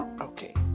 Okay